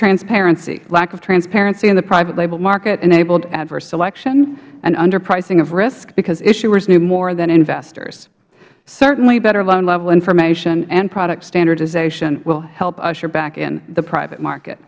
transparency lack of transparency in the private label market enabled adverse selection and underpricing of risk because issuers knew more than investors certainly better loan level information and product standardization will help usher back in the private market